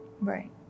Right